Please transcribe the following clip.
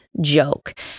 joke